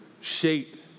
shape